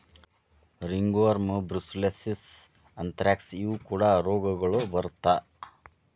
ringworm, brucellosis, anthrax ಇವು ಕೂಡಾ ರೋಗಗಳು ಬರತಾ